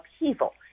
upheaval